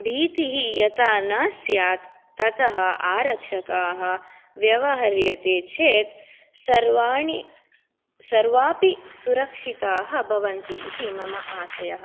भीतिः यथा न स्यात् तथा आरक्षकाः व्यवह्रियते चेत् सर्वाणि सर्वापि सुरक्षिताः भवन्ति इति मम आशयः